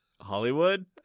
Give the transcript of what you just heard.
Hollywood